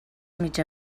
mitja